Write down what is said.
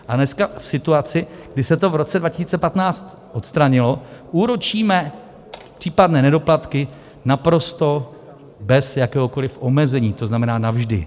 A dneska v situaci, kdy se to v roce 2015 odstranilo, úročíme případné nedoplatky naprosto bez jakéhokoliv omezení, to znamená, navždy.